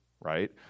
right